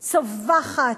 צווחת.